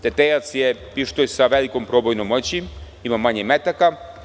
Tetejac je pištolj sa velikom probojnom moći i ima manje metaka.